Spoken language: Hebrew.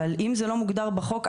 אבל אם זה לא מוגדר בחוק,